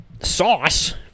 sauce